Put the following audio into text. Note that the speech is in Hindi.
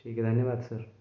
ठीक है धन्यवाद सर